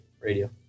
radio